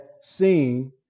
seen